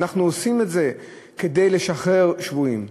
ואנחנו עושים את זה כדי לשחרר שבויים,